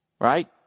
Right